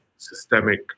systemic